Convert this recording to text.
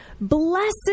blessed